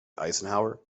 eisenhower